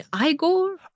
Igor